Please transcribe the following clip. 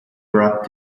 rod